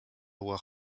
were